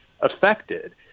affected